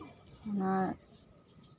ᱚᱱᱟ